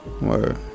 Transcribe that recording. Word